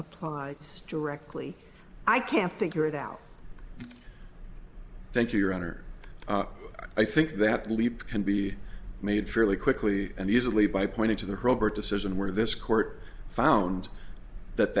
applies directly i can't figure it out thank you your honor i think that leap can be made fairly quickly and easily by pointing to the rubber decision where this court found that